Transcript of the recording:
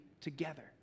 together